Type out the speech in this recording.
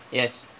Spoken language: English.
yes